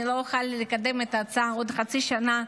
ואני לא אוכל לקדם את ההצעה עוד חצי שנה.